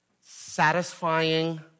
satisfying